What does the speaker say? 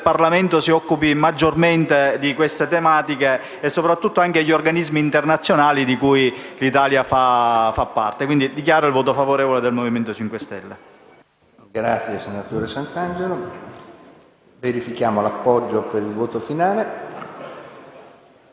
Parlamento si occupi maggiormente di queste tematiche e che, soprattutto, lo facciano anche gli organismi internazionali di cui l'Italia fa parte. Quindi, dichiaro il voto favorevole del Movimento 5 Stelle.